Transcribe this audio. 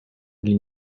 для